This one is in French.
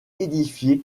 édifiée